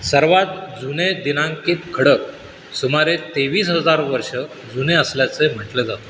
सर्वात जुने दिनांकित खडक सुमारे तेवीस हजार वर्ष जुने असल्याचे म्हटलं जातं